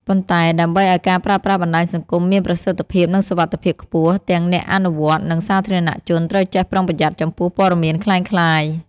ប៉ុន្តែដើម្បីឲ្យការប្រើប្រាស់បណ្តាញសង្គមមានប្រសិទ្ធភាពនិងសុវត្ថិភាពខ្ពស់ ទាំងអ្នកអនុវត្ត និងសាធារណជនត្រូវចេះប្រុងប្រយ័ត្នចំពោះព័ត៌មានក្លែងក្លាយ។